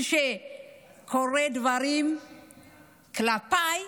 כשקורים דברים כלפיי,